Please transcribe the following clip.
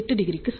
8° க்கு சமம்